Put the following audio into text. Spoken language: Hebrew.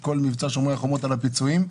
כל מבצע שומר החומות על הפיצויים.